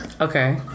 Okay